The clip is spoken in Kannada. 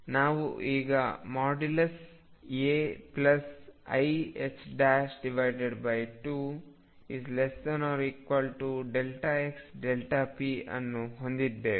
ನಾವು ಈಗ ಮಾಡ್ಯುಲಸ್ ai2xp ಅನ್ನು ಹೊಂದಿದ್ದೇವೆ